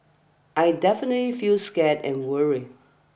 I definitely feel scared and worried